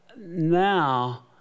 Now